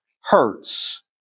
hurts